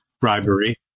bribery